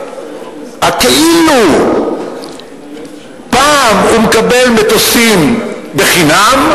ה"כאילו" פעם הוא מקבל מטוסים בחינם,